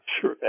Sure